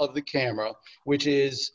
of the camera which is